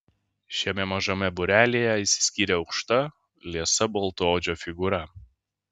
šiame mažame būrelyje išsiskyrė aukšta liesa baltaodžio figūra